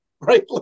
right